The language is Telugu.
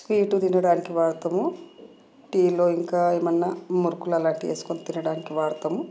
స్వీటు తినడానికి వాడుతాము టీలో ఇంకా ఏమన్నా మురుకులు అలాంటివి వేసుకొని తినడానికి వాడతాము